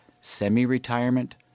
semi-retirement